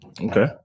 okay